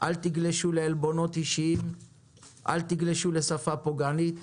אבל אל תגלשו לעלבונות אישיים ואל תגלשו לשפה פוגענית.